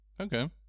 Okay